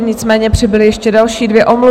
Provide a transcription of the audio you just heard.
Nicméně přibyly ještě další dvě omluvy.